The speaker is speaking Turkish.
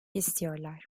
istiyorlar